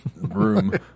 room